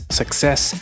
success